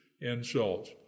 insults